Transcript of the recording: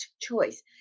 choice